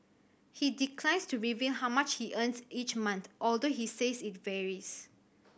he declines to reveal how much he earns each month although he says it varies